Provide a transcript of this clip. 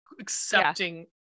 accepting